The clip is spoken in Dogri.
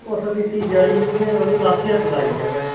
उस कीती जड़ी उन्नै ओह्दी लत्त गै सकाई गेआ भैन